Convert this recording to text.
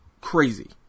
crazy